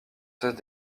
cesse